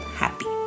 happy